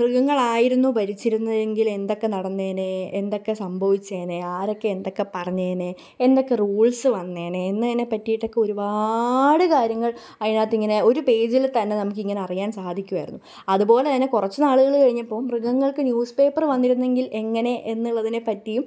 മൃഗങ്ങളായിരുന്നു ഭരിച്ചിരുന്നതെങ്കിൽ എ ക്ക നടന്നേനെ എന്തൊക്കെ സംഭവിച്ചേനെ ആരൊക്കെ എന്തൊക്കെ പറഞ്ഞേനെ എന്തൊക്കെ റൂള്സ് വന്നേനെ എന്നതിനെ പറ്റിയിട്ടൊക്കെ ഒരുപാട് കാര്യങ്ങള് അതിനകത്ത് ഇങ്ങനെ ഒരു പേജില് തന്നെ നമ്മൾക്ക് ഇങ്ങനെ അറിയാന് സാധിക്കുമായിരുന്നു അതുപോലെ തന്നെ കുറച്ച് നാളുകൾ കഴിഞ്ഞപ്പം മൃഗങ്ങള്ക്ക് ന്യൂസ്പേപ്പറ് വന്നിരുന്നെങ്കില് എങ്ങനെ എന്നുള്ളതിനെ പറ്റിയും